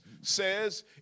says